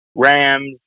Rams